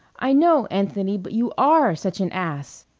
i know, anthony, but you are such an ass!